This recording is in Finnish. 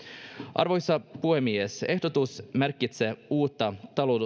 arvoisa puhemies ehdotus merkitsee uutta